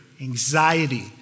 anxiety